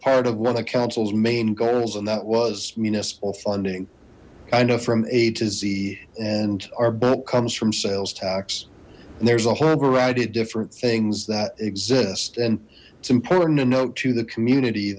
part of one of councils main goals and that was municipal funding kind of from a to z and our book comes from sales tax and there's a whole variety of different things that exist and it's important to note to the community